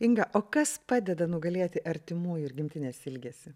inga o kas padeda nugalėti artimųjų ir gimtinės ilgesį